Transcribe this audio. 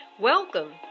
Welcome